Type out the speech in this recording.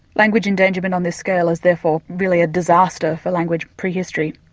language endangerment on this scale is therefore really a disaster for language prehistory.